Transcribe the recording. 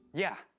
yeah,